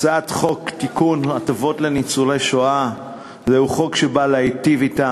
הצעת חוק הטבות לניצולי שואה (תיקון מס' 4) באה להיטיב אתם.